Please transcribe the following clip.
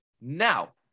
Now